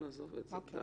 נעזוב את זה.